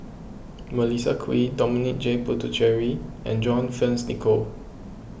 Melissa Kwee Dominic J Puthucheary and John Fearns Nicoll